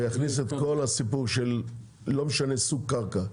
ויכניס את כל הסיפור של לא משנה סוג קרקע.